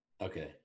Okay